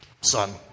Son